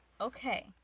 Okay